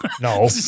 No